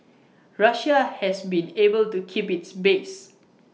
Russia has been able to keep its base